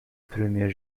premier